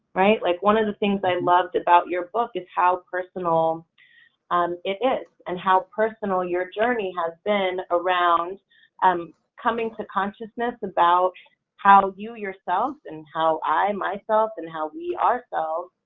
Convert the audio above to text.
right? like one of the thing i loved about your book is how personal um it is and how personal your journey has been around um coming to consciousness about how you yourselves, and how i myself, and how we ourselves